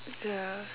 ya